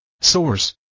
Source